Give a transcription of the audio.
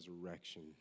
resurrection